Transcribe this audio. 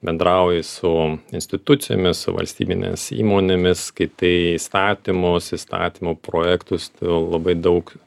bendrauji su institucijomis su valstybinėmis įmonėmis skaitai įstatymus įstatymų projektus tai jau labai daug